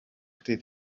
dydd